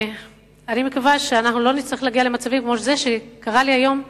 אני מקווה שאנחנו לא נצטרך להגיע למצבים כמו זה שקרה לי היום,